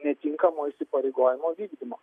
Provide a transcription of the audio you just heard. netinkamo įsipareigojimo vykdymo